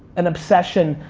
an obsession,